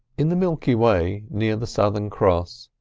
in the milky way, near the southern cross,